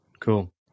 Cool